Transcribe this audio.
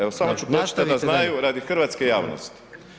Evo samo ću pročitati da znaju radi hrvatske javnosti.